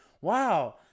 wow